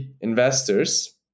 Investors